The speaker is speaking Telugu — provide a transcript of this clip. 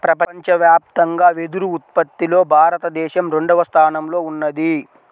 ప్రపంచవ్యాప్తంగా వెదురు ఉత్పత్తిలో భారతదేశం రెండవ స్థానంలో ఉన్నది